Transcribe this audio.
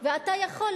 ואתה יכול,